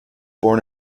born